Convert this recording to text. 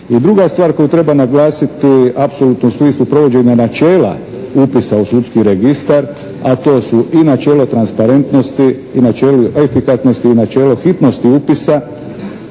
I druga stvar koju treba naglasiti apsolutno u smislu provođenja načela upisa u Sudski registar a to su i načelo transparentnosti i efikasnosti i načelo hitnosti upisa.